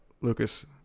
Lucas